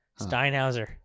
steinhauser